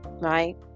Right